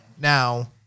now